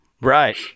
Right